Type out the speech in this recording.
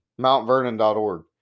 MountVernon.org